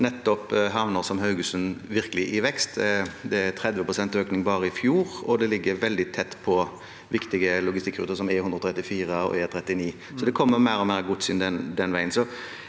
nettopp havner som Haugesund virkelig i vekst. Det var 30 pst. økning bare i fjor, og det ligger veldig tett på viktige logistikkruter som E134 og E39. Det kommer mer og mer gods inn den veien,